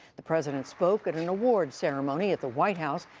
the president spoke at an awards ceremony at the white house,